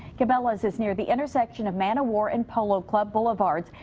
cabela's is near the intersection of man o' war and polo club boulevards.